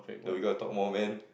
you got to talk more man